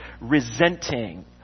resenting